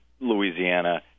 Louisiana